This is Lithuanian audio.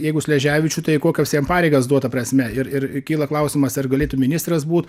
jeigu sleževičių tai kokios jam pareigas duot ta prasme ir ir kyla klausimas ar galėtų ministras būt